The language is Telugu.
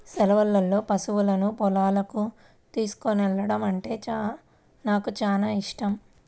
సెలవుల్లో పశువులను పొలాలకు తోలుకెల్లడమంటే నాకు చానా యిష్టం